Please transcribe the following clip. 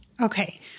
okay